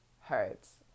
hurts